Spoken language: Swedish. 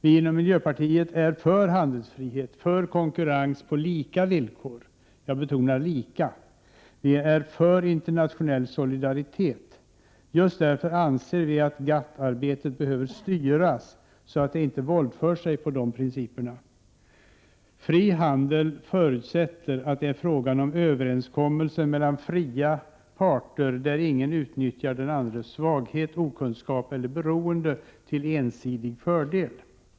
Vi inom miljöpartiet är för handelsfrihet, för konkurrens på lika villkor — jag betonar lika — och för internationell solidaritet. Just därför anser vi att GATT-arbetet behöver styras så att man inte våldför sig på dessa principer. Fri handel förutsätter att det är fråga om en överenskommelse mellan fria parter, där ingen utnyttjar den andres svaghet, okunskap eller beroende till ensidig fördel.